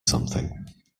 something